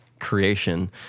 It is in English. creation